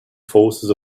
forces